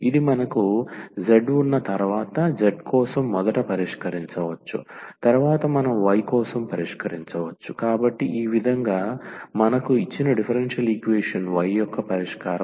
ఇది మనకు z ఉన్న తర్వాత z కోసం మొదట పరిష్కరించవచ్చు తరువాత మనం y కోసం పరిష్కరించవచ్చు కాబట్టి ఆ విధంగా మనకు ఇచ్చిన డిఫరెన్షియల్ ఈక్వేషన్ y యొక్క పరిష్కారం లభిస్తుంది